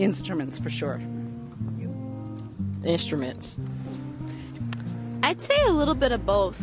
instruments for sure instruments i'd say a little bit of both